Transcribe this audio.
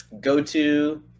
Go-to